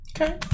Okay